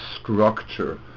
structure